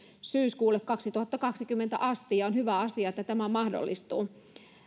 syyskuulle kaksituhattakaksikymmentä asti ja on hyvä asia että tämä mahdollistuu